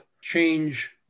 change